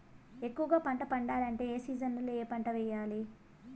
ఎక్కువగా పంట పండాలంటే ఏ సీజన్లలో ఏ పంట వేయాలి